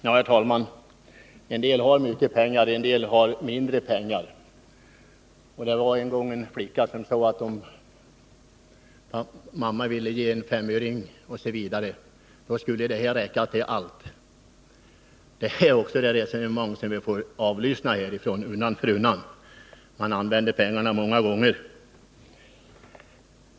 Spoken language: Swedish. Herr talman! En del har mycket pengar, en del har mindre pengar. Det var en gång en flicka som sade att om mamma ville ge henne en femöring skulle den räcka till allt. Det är också det resonemang som vi får höra här undan för undan föras av socialdemokraterna. Man använder samma pengar många gånger.